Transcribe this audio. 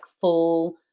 full